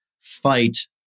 fight